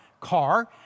car